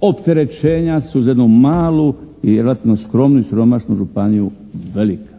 Opterećenja su za jednu malu i relativno skromnu i siromašnu županiju velika.